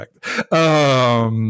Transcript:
correct